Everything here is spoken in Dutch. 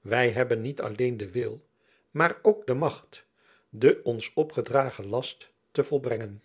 wy hebben niet alleen den wil maar ook de macht den ons opgedragen last te volbrengen